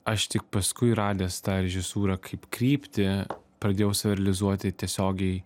aš tik paskui radęs tą režisūrą kaip kryptį pradėjau save realizuoti tiesiogiai